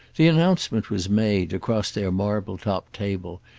the announcement was made, across their marble-topped table,